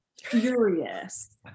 Furious